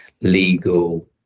legal